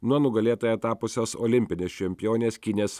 nuo nugalėtoja tapusios olimpinės čempionės kinės